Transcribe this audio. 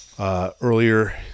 Earlier